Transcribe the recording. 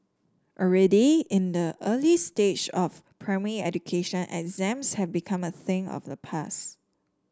already in the early stages of primary education exams have become a thing of the past